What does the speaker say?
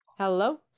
Hello